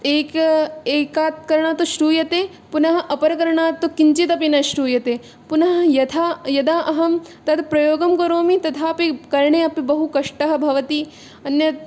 एक एकात् कर्णात् श्रूयते पुनः अपरकर्णात् तु किञ्चिदपि न श्रूयते पुनः यथा यदा अहं तद् प्रयोगं करोमि तथापि कर्णे अपि बहुकष्टः भवति अन्यद्